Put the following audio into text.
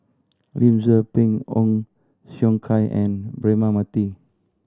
Lim Tze Peng Ong Siong Kai and Braema Mathi